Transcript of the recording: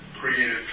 Creative